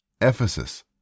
Ephesus